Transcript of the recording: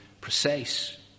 precise